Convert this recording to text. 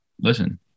listen